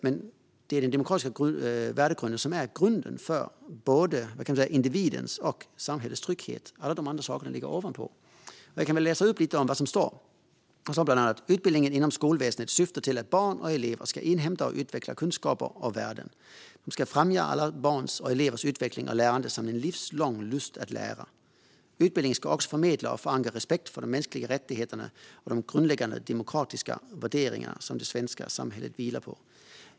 Men det är den demokratiska värdegrunden som är grunden för både individens och samhällets trygghet. Allt annat ligger ovanpå. Låt mig läsa upp en del av det som står i skollagen: "Utbildningen inom skolväsendet syftar till att barn och elever ska inhämta och utveckla kunskaper och värden. Den ska främja alla barns och elevers utveckling och lärande samt en livslång lust att lära. Utbildningen ska också förmedla och förankra respekt för de mänskliga rättigheterna och de grundläggande demokratiska värderingar som det svenska samhället vilar på."